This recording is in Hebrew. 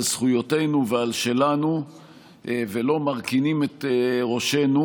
זכויותינו ועל שלנו ולא מרכינים את ראשנו,